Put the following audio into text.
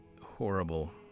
horrible